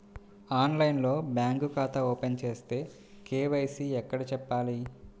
ఆన్లైన్లో బ్యాంకు ఖాతా ఓపెన్ చేస్తే, కే.వై.సి ఎక్కడ చెప్పాలి?